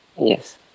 Yes